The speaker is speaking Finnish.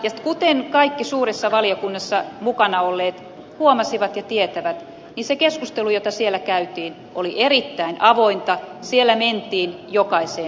ja kuten kaikki suuressa valiokunnassa mukana olleet huomasivat ja tietävät se keskustelu jota siellä käytiin oli erittäin avointa siellä mentiin jokaiseen yksityiskohtaan